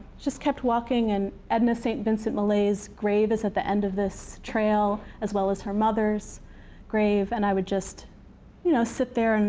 just kept walking, and edna st. vincent millay's grave is at the end of this trail, as well as her mother's grave. and i would just you know sit there, and